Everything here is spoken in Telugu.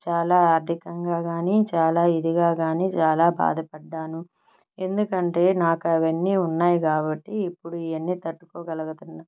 చాలా ఆర్థికంగా కాని చాలా ఇదిగా కాని చాలా బాధపడ్డాను ఎందుకంటే నాకు అవన్నీ ఉన్నాయి కాబట్టి ఇప్పుడు ఇవన్నీ తట్టుకోగలుగుతున్నాను